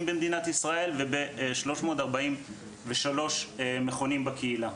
וב-343 מכונים בקהילה.